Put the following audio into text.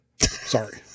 Sorry